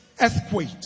earthquake